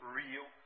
real